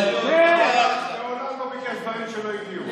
הוא מעולם לא ביקש דברים שלא הגיעו.